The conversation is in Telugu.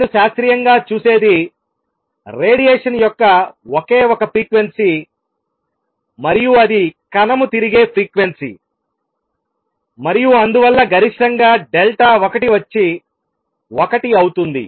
నేను శాస్త్రీయంగా చూసేది రేడియేషన్ యొక్క ఒకే ఒక ఫ్రీక్వెన్సీ మరియు అది కణము తిరిగే ఫ్రీక్వెన్సీ మరియు అందువల్ల గరిష్టంగా డెల్టా ఒకటి వచ్చి ఒకటి అవుతుంది